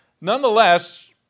Nonetheless